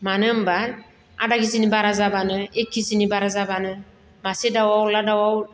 मानो होमब्ला आदा केजिनि बारा जाब्लानो एक केजिनि बारा जाब्लानो मासे दाउज्ला दाउआव